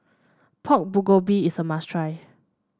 Pork Bulgogi is a must try